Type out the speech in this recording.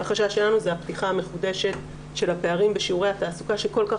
החשש שלנו זה הפתיחה המחודשת של הפערים בשיעורי התעסוקה שכל כך